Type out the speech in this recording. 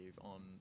on